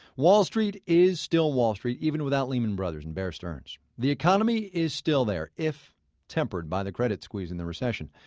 wall street is still wall street even without lehman brothers and bear stearns. the economy is still there, if tempered by the credit squeeze and the recession.